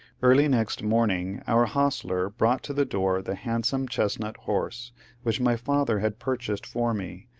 early next morning our hostler brought to the door the handsome chestnut horse which my father had purchased for me,